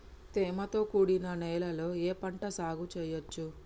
తేమతో కూడిన నేలలో ఏ పంట సాగు చేయచ్చు?